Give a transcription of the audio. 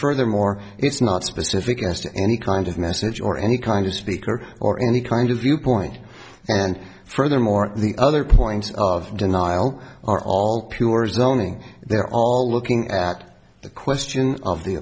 furthermore it's not specific as to any kind of message or any kind of speaker or any kind of viewpoint and furthermore the other point of denial are all pure zoning they're all looking at the question of the